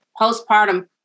postpartum